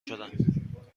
شدم